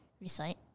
recite